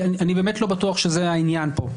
אני באמת לא בטוח שזה העניין פה.